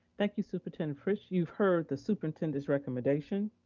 thank you, superintendent fritz. you've heard the superintendent's recommendation.